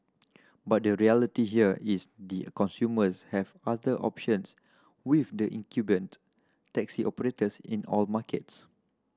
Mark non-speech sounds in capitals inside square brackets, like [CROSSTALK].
but the reality here is [UNINTELLIGIBLE] consumers have other options with the incumbent taxi operators in all markets